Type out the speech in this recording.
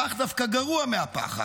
הפח דווקא גרוע מהפחת,